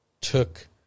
took